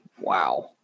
wow